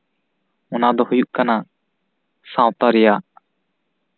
ᱚᱱᱟ ᱫᱚ ᱦᱩᱭᱩᱜ ᱠᱟᱱᱟ ᱥᱟᱶᱛᱟ ᱨᱮᱭᱟᱜ